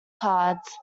cards